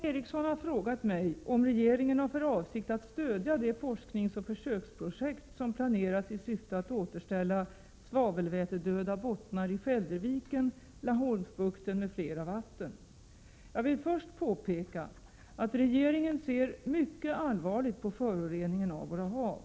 Fru talman! Ingvar Eriksson har frågat mig om regeringen har för avsikt att stödja de forskningsoch försöksprojekt som planeras i syfte att återställa svavelvätedöda bottnar i Skälderviken, Laholmsbukten med flera vatten. Jag vill först påpeka att regeringen ser mycket allvarligt på föroreningen av våra hav.